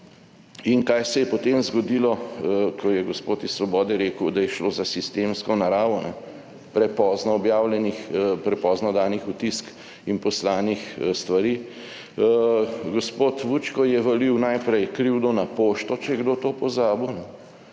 in kaj se je potem zgodilo, ko je gospod iz Svobode rekel, da je šlo za sistemsko naravo prepozno objavljenih, prepozno danih v tisk in poslanih stvari? Gospod Vučko je valil najprej krivdo na pošto, če je kdo to pozabil.